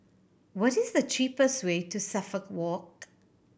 what is the cheapest way to Suffolk Walk